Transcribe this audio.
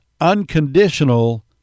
unconditional